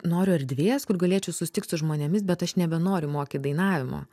noriu erdvės kur galėčiau susitikt su žmonėmis bet aš nebenoriu mokyt dainavimo